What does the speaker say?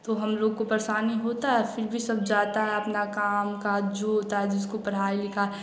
तो हम लोग को परेशानी होता है फ़िर भी सब जाता है अपना काम काज जो होता है जिसको पढ़ाई लिखाई